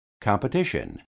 Competition